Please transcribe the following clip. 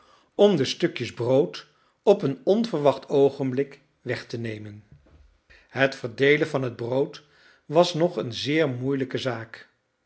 om de stukjes brood op een onverwacht oogenblik weg te nemen het verdeelen van het brood was nog een zeer moeielijke zaak